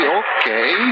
okay